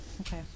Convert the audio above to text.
Okay